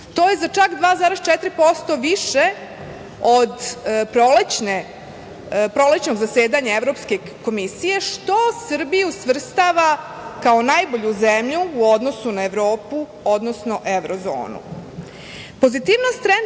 To je za, čak 2,4% više od prolećnog zasedanja Evropske komisije, što Srbiju svrstava kao najbolju zemlju u odnosu na Evropu, odnosno